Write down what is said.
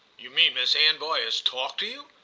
you mean miss anvoy has talked to you?